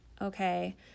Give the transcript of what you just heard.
okay